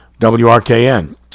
WRKN